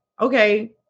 okay